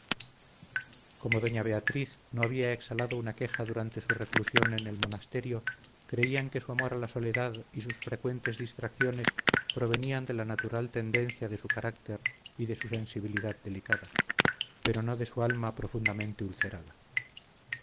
como doña beatriz no había exhalado una queja durante su reclusión en el monasterio creían que su amor a la soledad y sus frecuentes distracciones provenían de la natural tendencia de su carácter y de su sensibilidad delicada pero no de su alma profundamente ulcerada